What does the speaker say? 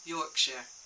Yorkshire